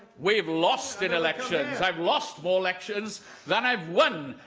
we've lost in elections i've lost more elections than i've won.